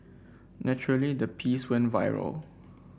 naturally the piece went viral